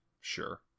sure